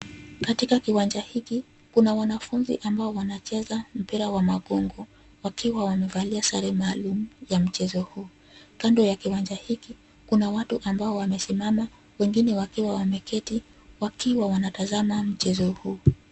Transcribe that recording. Katika kiwanja hiki kuna wanafunzi ambao wanacheza mpira wa magongo wakiwa wamevalia sare maalum ya mchezo huu. Kando ya kiwanja hiki kuna watu ambao wamesimama, wengine wakiwa wameketi, wakiwa wanatazama mchezo huu.